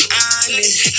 honest